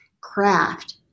craft